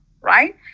right